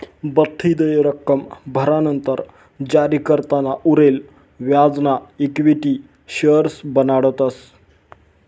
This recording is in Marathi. बठ्ठी देय रक्कम भरानंतर जारीकर्ताना उरेल व्याजना इक्विटी शेअर्स बनाडतस